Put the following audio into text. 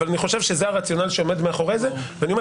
אבל אני חושב שזה הרציונל שעומד מאחורי אני אומר